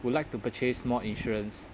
would like to purchase more insurance